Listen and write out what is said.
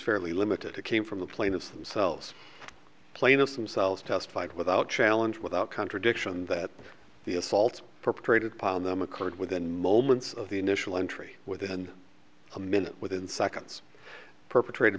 fairly limited to came from the plaintiffs themselves plaintiffs themselves testified without challenge without contradiction that the assaults perpetrated upon them occurred within moments of the initial entry within a minute within seconds perpetrated